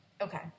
okay